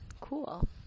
Cool